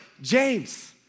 James